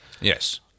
Yes